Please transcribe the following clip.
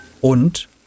Und